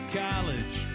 college